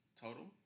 total